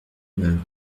moeurs